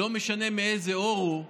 לא משנה מאיזה עור הוא,